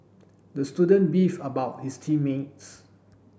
the student beefed about his team mates